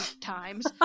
times